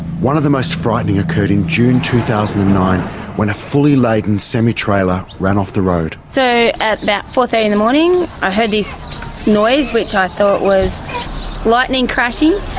one of the most frightening occurred in june two thousand and nine when a fully laden semi-trailer ran off the road. so at about four. thirty in the morning i heard this noise, which i thought, was lightning crashing.